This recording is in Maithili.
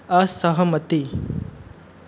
असहमति